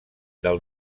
del